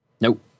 Nope